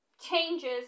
changes